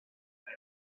that